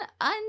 un